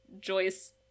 Joyce